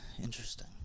interesting